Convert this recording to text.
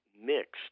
mixed